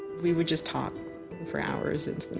we would just talk for hours in